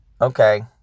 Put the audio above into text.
Okay